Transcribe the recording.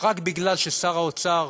רק בגלל ששר האוצר